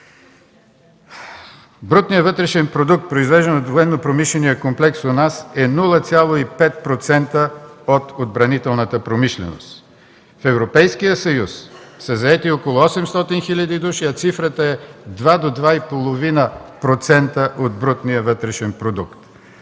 „Брутният вътрешен продукт произвеждан от военнопромишления комплекс у нас е 0,5% от отбранителната промишленост. В Европейския съюз са заети около 800 хиляди души, а цифрата е два до 2,5% от брутния вътрешен продукт”.